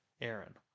Aaron